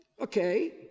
Okay